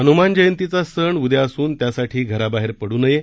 हनुमान जयंतीचा सण उद्या असून त्यासाठी घराबाहेर पडू नये